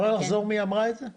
תחזרי, מי אמרה את זה?